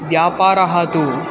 व्यापारं तु